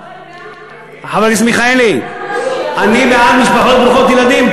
חבר הכנסת מיכאלי, אני בעד משפחות ברוכות ילדים.